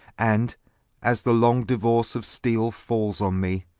and as the long diuorce of steele fals on me,